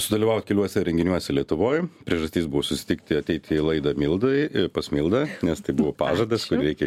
sudalyvaut keliuose renginiuose lietuvoj priežastis buvo susitikti ateiti į laidą mildai pas mildą nes tai buvo pažadas kurį reikia